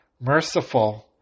merciful